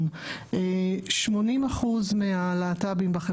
בשכונה, בקהילה, במרחב